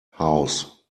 house